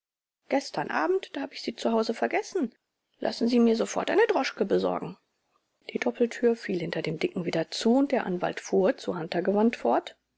gestern abend da habe ich sie zu hause vergessen lassen sie mir sofort eine droschke besorgen die doppeltür fiel hinter dem dicken wieder zu und der anwalt fuhr zu hunter gewandt fort